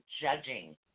judging